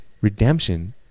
redemption